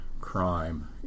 crime